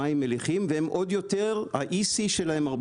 מים מליחים והם עוד יותר ה-EC שלהם הרבה